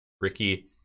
ricky